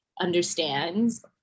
understands